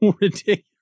ridiculous